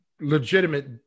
legitimate